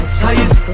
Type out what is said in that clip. size